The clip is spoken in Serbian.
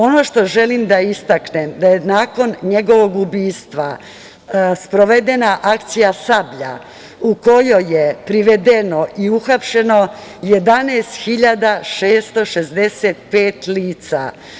Ono što želim da istaknem da je nakon njegovog ubistva sprovedena akcija “Sablja“ u kojoj je privedeno i uhapšeno 11.665 lica.